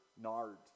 nard